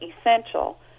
essential